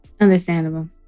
Understandable